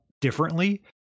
differently